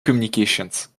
communications